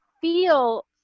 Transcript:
feel